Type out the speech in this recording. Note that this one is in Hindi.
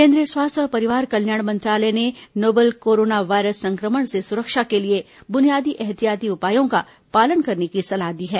केंद्रीय स्वास्थ्य और परिवार कल्याण मंत्रालय ने नोवल कोरोना वायरस संक्रमण से सुरक्षा के लिए बुनियादी एहतियाती उपायों का पालन करने की सलाह दी है